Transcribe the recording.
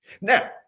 Now